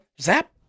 zap